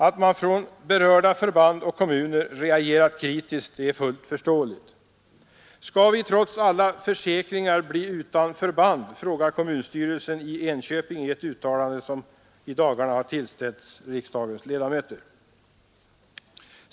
Att man från berörda förband och kommuner reagerat kritiskt är fullt förståeligt. ”Skall vi trots alla försäkringar bli utan förband”, frågar kommunstyrelsen i Enköping i ett uttalande som tillställts riksdagens ledamöter.